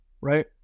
Right